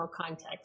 context